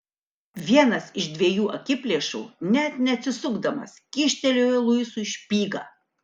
vienas iš dviejų akiplėšų net neatsisukdamas kyštelėjo luisui špygą